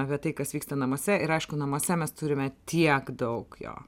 apie tai kas vyksta namuose ir aišku namuose mes turime tiek daug jo